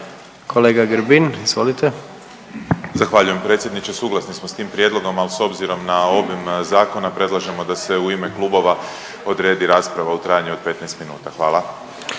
**Grbin, Peđa (SDP)** Zahvaljujem predsjedniče, suglasni smo s tim prijedlogom, al s obzirom na obim zakona predlažemo da se u ime klubova odredi rasprava u trajanju od 15 minuta, hvala.